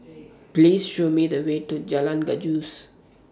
Please Show Me The Way to Jalan Gajus